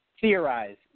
theorize